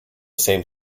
same